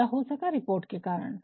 यह हो सका रिपोर्ट के कारण